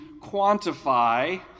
quantify